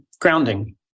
grounding